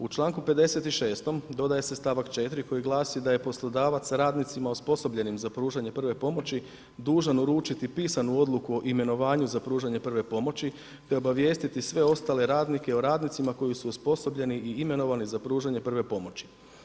U članku 56. dodaje se stavak 4. koji glasi da je poslodavac radnicima osposobljenim za pružanje prve pomoći dužan uručiti pisanu odluku o imenovanju za pružanje prve pomoći te obavijestiti sve ostale radnike o radnicima koji su osposobljeni i imenovani za pružanje prve pomoći.